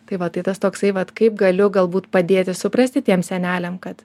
tai va tai tas toksai vat kaip galiu galbūt padėti suprasti tiems seneliam kad